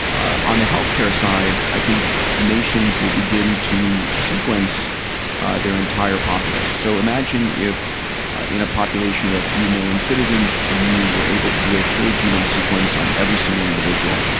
ah on the healthcare side, i think nations will begin to sequence their entire populous. so, imagine if in a population of a few million citizens, you were able to do a full genome sequence on every single individual.